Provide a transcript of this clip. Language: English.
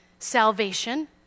salvation